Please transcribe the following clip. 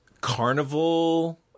carnival